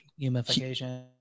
Humification